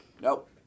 Nope